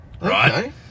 Right